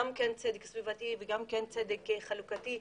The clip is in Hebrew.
גם צדק סביבתי וגם צדק חלוקתי,